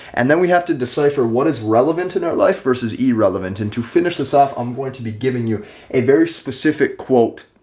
and then we have to decipher what is relevant in our life versus ie relevant. and to finish this off, i'm going to be giving you a very specific quote,